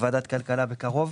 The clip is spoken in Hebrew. לוועדת הכלכלה,